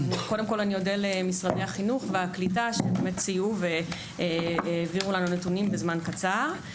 אודה למשרדי החינוך והקליטה שהעבירו לנו נתונים בזמן קצר.